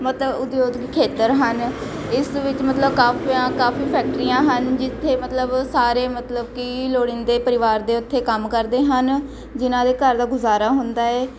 ਮਤਲਬ ਉਦਯੋਗਿਕ ਖੇਤਰ ਹਨ ਇਸ ਵਿੱਚ ਮਤਲਬ ਕਾਫੀਆਂ ਕਾਫੀ ਫੈਕਟਰੀਆਂ ਹਨ ਜਿੱਥੇ ਮਤਲਬ ਸਾਰੇ ਮਤਲਬ ਕਿ ਲੋੜੀਂਦੇ ਪਰਿਵਾਰ ਦੇ ਉੱਥੇ ਕੰਮ ਕਰਦੇ ਹਨ ਜਿਨ੍ਹਾਂ ਦੇ ਘਰ ਦਾ ਗੁਜ਼ਾਰਾ ਹੁੰਦਾ ਹੈ